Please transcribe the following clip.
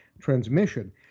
transmission